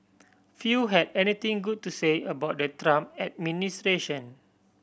few had anything good to say about the Trump administration